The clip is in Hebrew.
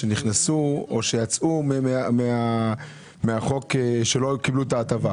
שנכנסו או שיצאו מהחוק שלא קיבלו את ההטבה,